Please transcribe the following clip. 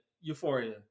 Euphoria